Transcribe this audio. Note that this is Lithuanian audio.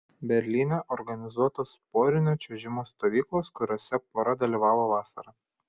berlyne organizuotos porinio čiuožimo stovyklos kuriose pora dalyvavo vasarą